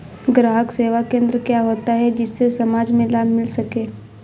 ग्राहक सेवा केंद्र क्या होता है जिससे समाज में लाभ मिल सके?